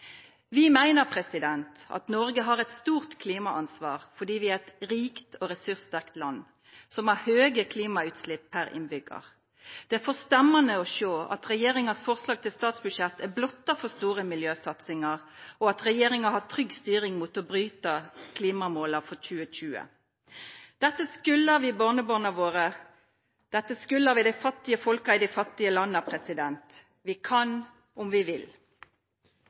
Vi meiner Noreg har eit stort klimaansvar fordi vi er eit rikt og ressurssterkt land som har høge klimautslepp per innbyggjar. Det er forstemmande å sjå at regjeringas forslag til statsbudsjett er blotta for store miljøsatsingar, og at regjeringa har trygg styring mot å bryta klimamåla for 2020. Dette skuldar vi barnebarna våre, dette skuldar vi dei fattige folka i dei fattige landa. Vi kan om vi vil.